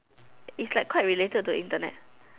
is like quite related to Internet